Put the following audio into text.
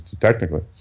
technically